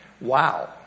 Wow